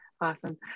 awesome